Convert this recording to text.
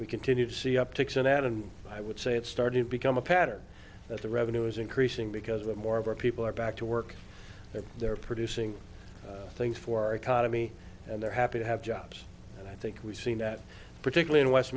we continue to see upticks in at and i would say it's starting to become a pattern that the revenue is increasing because the more of our people are back to work that they're producing things for our economy and they're happy to have jobs and i think we've seen that particularly in west